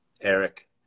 Eric